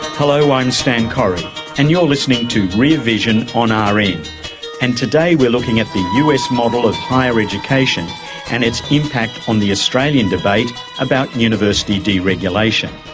hello, i'm stan correy and you're listening to rear vision on ah rn, and today we're looking at the us model of higher education and its impact on the australian debate about university deregulation.